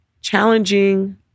challenging